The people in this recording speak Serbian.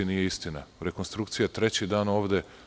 To nije istina, rekonstrukcija je treći dan ovde.